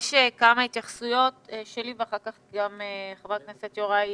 יש לי כמה התייחסויות, ואחר כך חבר הכנסת יוראי